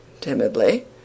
timidly